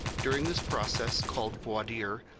during this process, called voir dire,